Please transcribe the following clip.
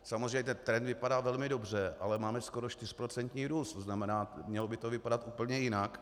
Samozřejmě trend vypadá velmi dobře, ale máme skoro čtyřprocentní růst, to znamená, že by to mělo vypadat úplně jinak.